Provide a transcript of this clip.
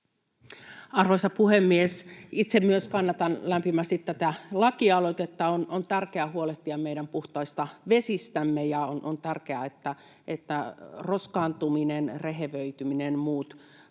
Arvoisa puhemies! Itse myös kannatan lämpimästi tätä lakialoitetta. On tärkeää huolehtia meidän puhtaista vesistämme, ja on tärkeää, että pystymme roskaantumista, rehevöitymistä ja muita